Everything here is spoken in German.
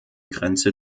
grenze